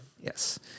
Yes